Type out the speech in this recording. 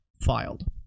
filed